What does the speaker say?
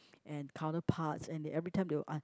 and counterparts and they every time they'll an~